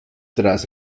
tras